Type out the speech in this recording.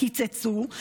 קיצצו,